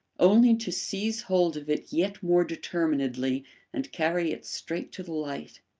only to seize hold of it yet more determinedly and carry it straight to the light.